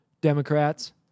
Democrats